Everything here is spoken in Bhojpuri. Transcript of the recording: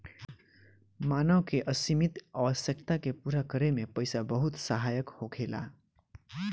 मानव के असीमित आवश्यकता के पूरा करे में पईसा बहुत सहायक होखेला